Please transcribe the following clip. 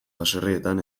baserrietan